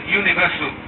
universal